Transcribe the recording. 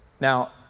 Now